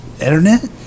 internet